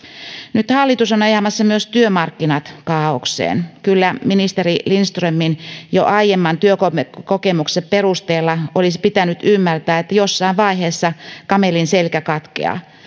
nyt hallitus on ajamassa myös työmarkkinat kaaokseen kyllä ministeri lindströmin jo aiemman työkokemuksen perusteella olisi pitänyt ymmärtää että jossain vaiheessa kamelin selkä katkeaa